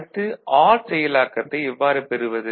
அடுத்து ஆர் செயலாக்கத்தை எவ்வாறு பெறுவது